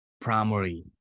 primary